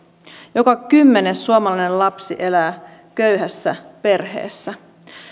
joka kymmenes suomalainen lapsi elää köyhässä perheessä